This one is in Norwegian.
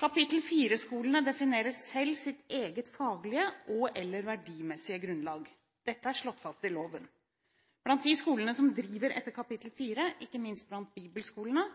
Kapittel 4-skolene definerer selv sitt eget faglige og/eller verdimessige grunnlag. Dette er slått fast i loven. Blant de skolene som driver etter kapittel 4 – ikke minst blant bibelskolene